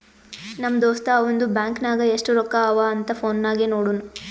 ನಮ್ ದೋಸ್ತ ಅವಂದು ಬ್ಯಾಂಕ್ ನಾಗ್ ಎಸ್ಟ್ ರೊಕ್ಕಾ ಅವಾ ಅಂತ್ ಫೋನ್ ನಾಗೆ ನೋಡುನ್